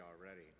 already